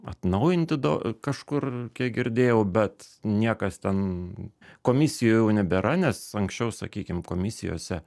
atnaujinti do kažkur kiek girdėjau bet niekas ten komisijų jau nebėra nes anksčiau sakykim komisijose